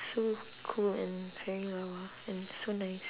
so cool and very uh and so nice